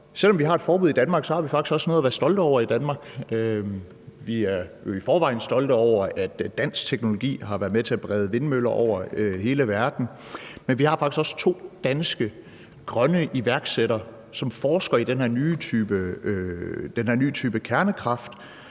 selv om vi har et forbud i Danmark, har vi faktisk også noget at være stolte over i Danmark. Vi er jo i forvejen stolte over, at dansk teknologi har været med til at udbrede vindmøller over hele verden. Men vi har faktisk også to danske grønne iværksættere, som forsker i den her nye type kernekraft